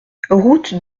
route